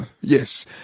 Yes